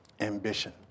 ambition